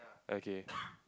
okay